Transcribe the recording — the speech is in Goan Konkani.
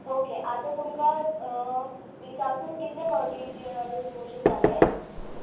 ओके आतां तुमकां दिसासून कितले फावटीं लूज मोशन जालें